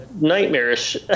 nightmarish